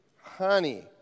honey